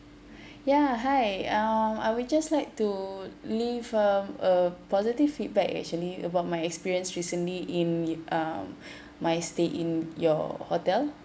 ya hi um I would just like to leave um a positive feedback actually about my experience recently in um my stay in your hotel